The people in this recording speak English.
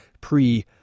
pre